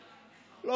הקללות.